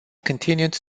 continued